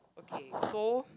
okay so